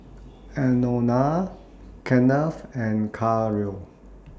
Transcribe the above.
Anona Kenneth and